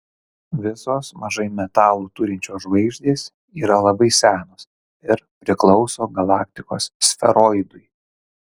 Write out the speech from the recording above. visos mažai metalų turinčios žvaigždės yra labai senos ir priklauso galaktikos sferoidui